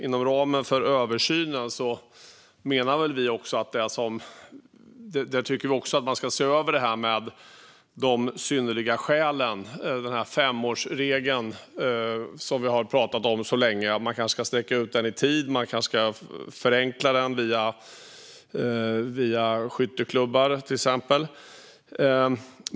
Inom ramen för översynen tycker vi att man också ska se över de synnerliga skälen. Femårsregeln, som vi har pratat om länge, ska kanske sträckas ut i tid. Man kanske ska förenkla den via till exempel skytteklubbar.